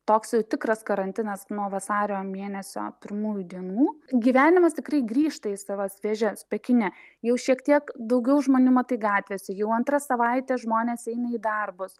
toks jau tikras karantinas nuo vasario mėnesio pirmųjų dienų gyvenimas tikrai grįžta į savas vėžes pekine jau šiek tiek daugiau žmonių matai gatvėse jau antra savaitė žmonės eina į darbus